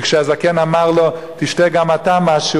וכשהזקן אמר לו: תשתה גם אתה משהו,